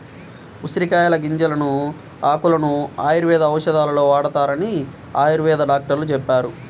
ఉసిరికాయల గింజలను, ఆకులను ఆయుర్వేద ఔషధాలలో వాడతారని ఆయుర్వేద డాక్టరు చెప్పారు